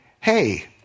hey